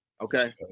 Okay